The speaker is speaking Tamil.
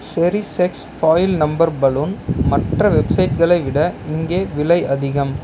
cherish X foil number balloon மற்ற வெப்சைட்களை விட இங்கே விலை அதிகம்